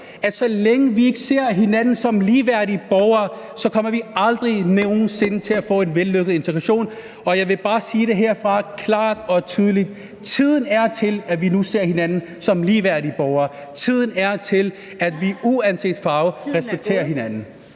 vi, så længe vi ikke ser hinanden som ligeværdige borgere, så aldrig nogen sinde kommer til at få en vellykket integration. Og jeg vil bare sige det herfra klart og tydeligt: Tiden er til, at vi nu ser hinanden som ligeværdige borgere, tiden er til, at vi uanset farve respekterer hinanden.